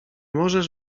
możesz